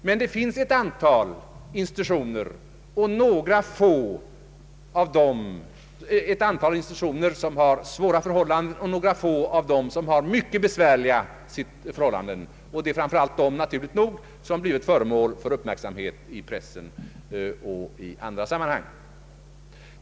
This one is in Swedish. Men det finns ett antal institutioner som har svåra förhållanden, och några av dem har mycket besvärliga förhållanden. Det är naturligt nog framför allt dessa som har blivit föremål för uppmärksamhet i pressen och i andra sammanhang.